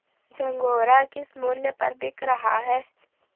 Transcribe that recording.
झंगोरा किस मूल्य पर बिक रहा है?